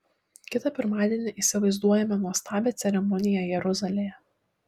kitą pirmadienį įsivaizduojame nuostabią ceremoniją jeruzalėje